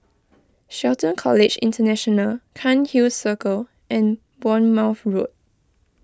Shelton College International Cairnhill Circle and Bournemouth Road